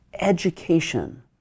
education